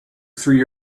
through